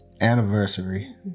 anniversary